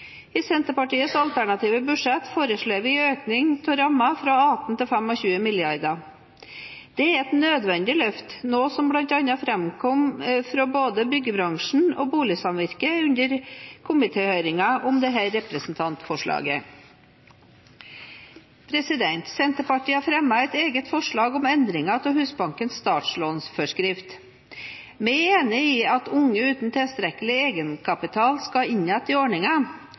I Senterpartiets alternative budsjett foreslår vi en økning av rammene fra 18 til 25 mrd. kr. Det er et nødvendig løft, noe som bl.a. framkom fra både byggebransjen og boligsamvirket under komitéhøringen om dette representantforslaget. Senterpartiet har fremmet et eget forslag om endringer av Husbankens startlånforskrift. Vi er enig i at unge uten tilstrekkelig egenkapital skal inn igjen i